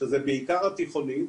שזה בעיקר התיכונים,